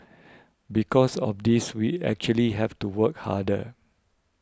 because of this we actually have to work harder